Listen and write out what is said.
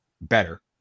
better